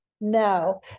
no